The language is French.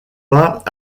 pas